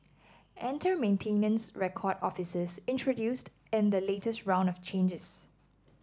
enter maintenance record officers introduced in the latest round of changes